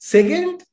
Second